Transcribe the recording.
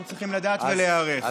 אנחנו צריכים לדעת ולהיערך.